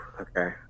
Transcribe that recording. Okay